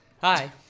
Hi